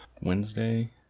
Wednesday